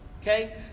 okay